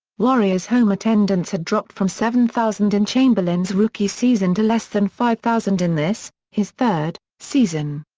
warriors home attendance had dropped from seven thousand in chamberlain's rookie season to less than five thousand in this, his third, season.